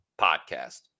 podcast